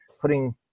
putting